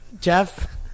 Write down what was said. Jeff